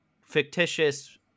fictitious